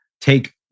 take